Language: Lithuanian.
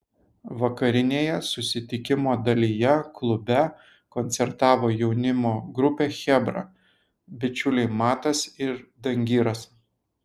vakarinėje susitikimo dalyje klube koncertavo jaunimo grupė chebra bičiuliai matas ir dangiras